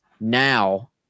now